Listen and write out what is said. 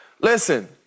Listen